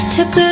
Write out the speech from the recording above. Took